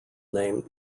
name